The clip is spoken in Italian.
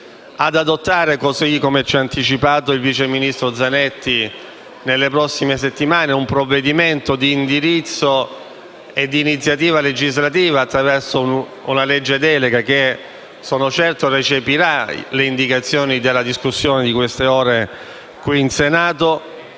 settimane, così come ci ha anticipato il vice ministro Zanetti, un provvedimento di indirizzo e di iniziativa legislativa attraverso una legge delega, che, sono certo, recepirà le indicazioni della discussione di queste ore qui in Senato,